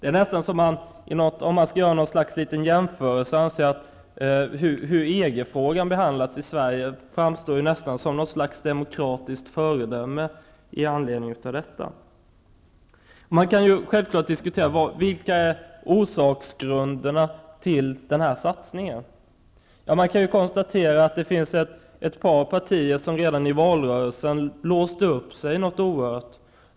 Om man skall göra en jämförelse med hur EG-frågan behandlats i Sverige, framstår den nästan som ett demokratiskt föredöme. Man kan ju diskutera vilka orsaksgrunderna till den här satsningen är. Det finns ett par partier som redan i valrörelsen låste upp sig oerhört.